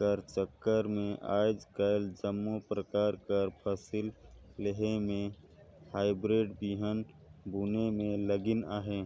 कर चक्कर में आएज काएल जम्मो परकार कर फसिल लेहे में हाईब्रिड बीहन बुने में लगिन अहें